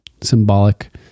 Symbolic